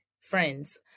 Friends